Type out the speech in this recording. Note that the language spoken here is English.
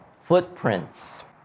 Footprints